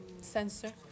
Censor